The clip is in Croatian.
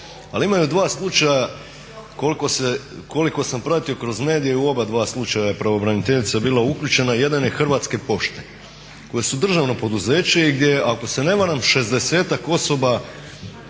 ali imaju dva slučaja koliko sam pratio kroz medije u oba dva slučaja je pravobraniteljica bila uključena, jedan je Hrvatske pošte koje su državno poduzeće i gdje je ako se ne varam šezdesetak osoba